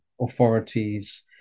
authorities